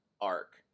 arc